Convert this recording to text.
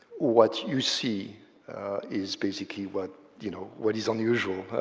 what you see is basically what you know what is unusual,